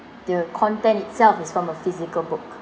the content itself is from a physical book